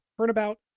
Turnabout